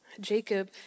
Jacob